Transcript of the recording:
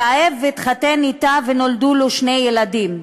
התאהב והתחתן אתה, ונולדו לו שני ילדים.